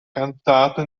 cantato